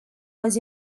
was